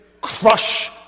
crush